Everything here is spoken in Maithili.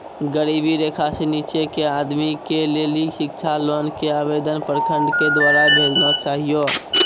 गरीबी रेखा से नीचे के आदमी के लेली शिक्षा लोन के आवेदन प्रखंड के द्वारा भेजना चाहियौ?